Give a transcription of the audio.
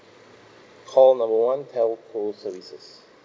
call number one telco services